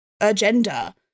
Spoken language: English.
agenda